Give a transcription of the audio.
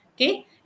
okay